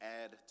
add